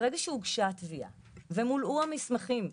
ברגע שהוגשה תביעה ומולאו המסמכים,